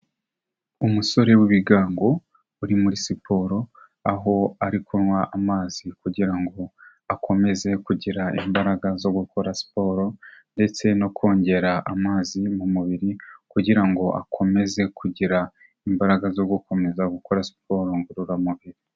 Umusore w'ibigango uri muri siporo, aho ari kunywa amazi kugira ngo akomeze kugira imbaraga zo gukora siporo ndetse no kongera amazi mu mubiri kugira ngo akomeze kugira imbaraga zo gukomeza gukora siporo ngororamubiri.